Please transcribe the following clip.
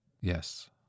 Yes